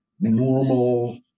normal